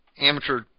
amateur